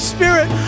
Spirit